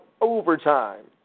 overtime